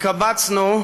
התקבצנו,